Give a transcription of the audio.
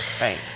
Right